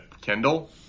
Kendall